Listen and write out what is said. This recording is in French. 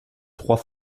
trois